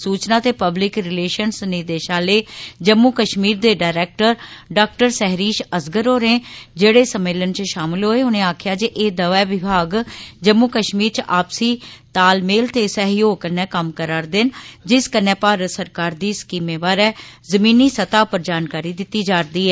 सूचना ते public relations निदेशालय जम्मू कश्मीर दे डायरेक्टर डॉ सहरीश असगर होरें जेहड़े सम्मेलन च शामल होए उनें आक्खेआ जे एह् दवै विभाग जम्मू कश्मीर च आपसी सैह्योग कन्नै कम्म करा'रदे न जिस कन्नै भारत सरकार दी स्कीमै बारे जमीनी सतह् उप्पर जानकारी दित्ती जा'रदी ऐ